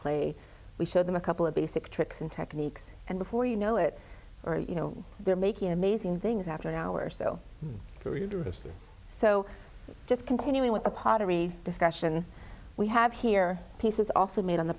clay we show them a couple of basic tricks and techniques and before you know it you know they're making amazing things after an hour or so so just continuing with the pottery discussion we have here pieces also made on the